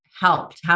helped